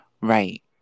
Right